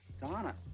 Donna